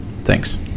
Thanks